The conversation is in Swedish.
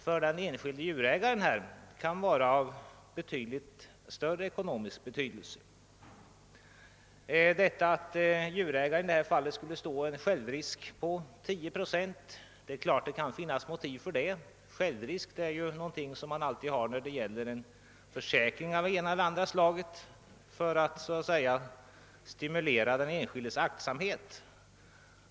För den enskilde djurägaren kan däremot ersättningen ha rätt stor ekonomisk betydelse. Det kan givetvis finnas motiv för att djurägaren i detta fall skulle stå en självrisk på 10 procent. Självrisk är ju någonting som man har vid försäkring av det ena eller andra slaget för att stimulera den enskildes aktsamhet.